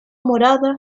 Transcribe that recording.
morada